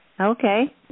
Okay